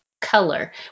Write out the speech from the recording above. color